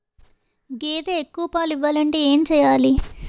గేదె ఎక్కువ పాలు ఇవ్వాలంటే ఏంటి చెయాలి?